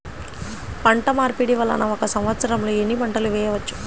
పంటమార్పిడి వలన ఒక్క సంవత్సరంలో ఎన్ని పంటలు వేయవచ్చు?